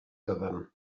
gyfan